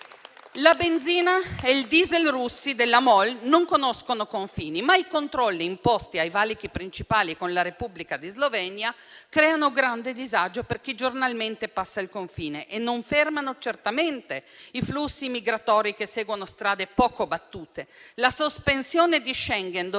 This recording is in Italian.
La benzina e il diesel russi della MOL non conoscono confini, ma i controlli imposti ai valichi principali con la Repubblica di Slovenia creano grande disagio per chi giornalmente passa il confine e non fermano certamente i flussi migratori, che seguono strade poco battute. La sospensione di Schengen doveva